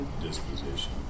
disposition